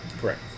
Correct